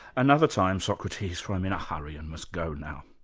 another time, socrates for i am in a hurry, and must go now.